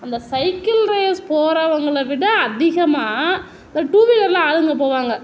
அந்த cycle race போறவங்களை விட அதிகமாக ஒரு டூவீலரில் ஆளுங்க போவாங்க